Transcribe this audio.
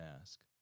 ask